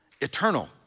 eternal